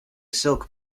silk